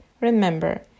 Remember